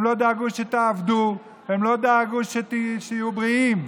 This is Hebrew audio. הם לא דאגו שתעבדו, הם לא דאגו שתהיו בריאים.